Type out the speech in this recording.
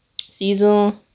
Season